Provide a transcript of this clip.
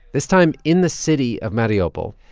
this time in the city of mariupol.